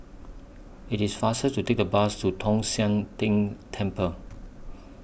IT IS faster to Take The Bus to Tong Sian Tng Temple